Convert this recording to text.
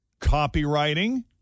copywriting